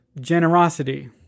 generosity